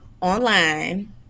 online